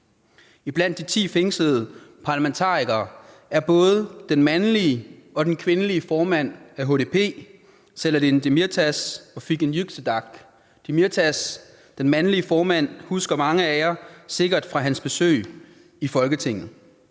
Blandt de ti fængslede parlamentarikere er både den mandlige og den kvindelige formand for HDP, Selahattin Demirtas og Figen Yüksekdag . Demirtas – den mandlige formand – husker mange af jer sikkert fra hans besøg i Folketinget.